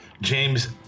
James